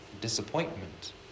disappointment